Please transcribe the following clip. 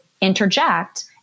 interject